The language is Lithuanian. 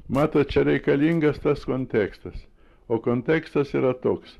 matot čia reikalingas tas kontekstas o kontekstas yra toks